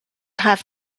have